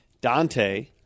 Dante